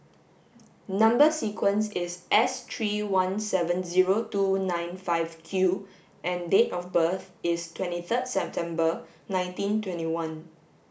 number sequence is S three one seven zero two nine five Q and date of birth is twenty third December nineteen twenty one